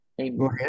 Amen